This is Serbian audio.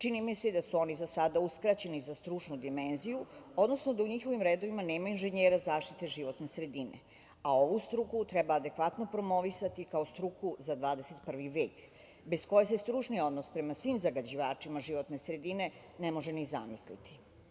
Čini mi se da su oni za sad uskraćeni za stručnu dimenziju, odnosno da u njihovim redovima nema inženjera zaštite životne sredine, a ovu struku treba adekvatno promovisati kao struku za 21. vek, bez koje se stručni odnos prema svim zagađivačima životne sredine ne može ni zamisliti.